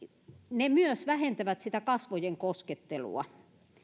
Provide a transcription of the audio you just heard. ne myös vähentävät kasvojen koskettelua